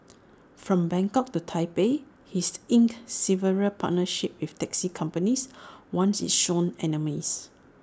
from Bangkok to Taipei he's inked several partnerships with taxi companies once its sworn enemies